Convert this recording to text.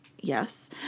yes